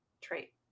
trait